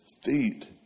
feet